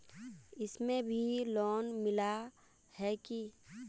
इसमें भी लोन मिला है की